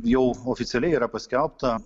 jau oficialiai yra paskelbta